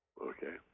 Okay